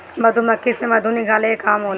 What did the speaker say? मधुमक्खी से मधु निकाले के काम होला